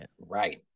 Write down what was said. Right